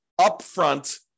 upfront